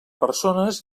persones